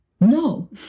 No